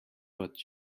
but